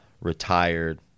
retired